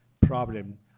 problem